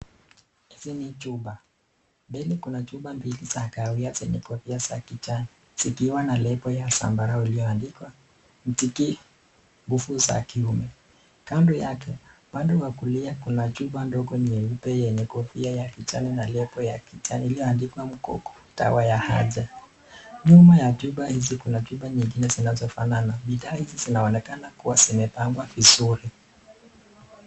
Hizi ni chupa. Mbele Kuna chupa za kahawia zenye kofia ya kijani . Zikiwa na lebo ya sambarau iliyo andikiwa "kutibu nguvu za kiume" kando yake upande Wa kulia Kuna chupa ndogo nyeupe yenye kofia ya kijani na lebo ilioandikwa mgogo dawa ya haja. Nyuma ya chupa hizi Kuna chupa zinazo fanana. Bidhaa hizi zinaonekana kupagwa vizuri.